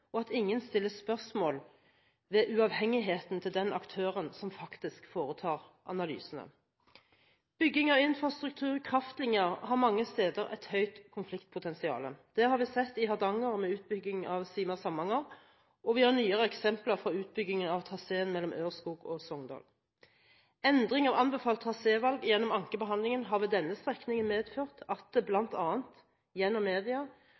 og at ingen stiller spørsmål ved uavhengigheten til den aktøren som faktisk foretar analysene. Bygging av infrastruktur, kraftlinjer, har mange steder et høyt konfliktpotensial. Det har vi sett i Hardanger med utbygging av Sima–Samnanger, og vi har nyere eksempler fra utbyggingen av traseen mellom Ørskog og Sogndal. Endring av anbefalt trasévalg gjennom ankebehandlingen har ved denne strekningen medført at det bl.a. gjennom media